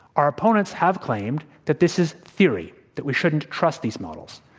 our opponents have claimed that this is theory, that we shouldn't trust these models,